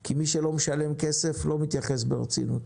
כי מי שלא משלם כסף, לא מתייחס ברצינות.